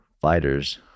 fighters